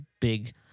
big